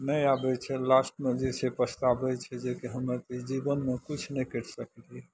नहि आबय छै लास्टमे जे छै पछताबय छै जेकि हमर ई जीवनमे किछु नहि करि सकलियै